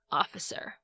officer 。